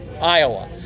Iowa